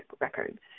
Records